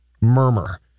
Murmur